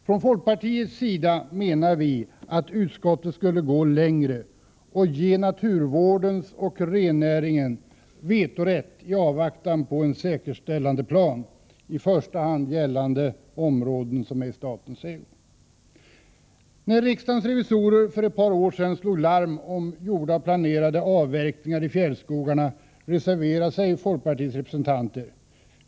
Från folkpartiets sida menar vi att utskottet borde ha gått längre och gett naturvården och rennäringen vetorätt i avvaktan på en säkerställandeplan, i första hand gällande områden som är i statens ägo. När riksdagens revisorer för ett par år sedan slog larm om gjorda och planerade avverkningar i fjällskogarna reserverade sig folkpartiets representanter.